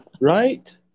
Right